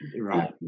right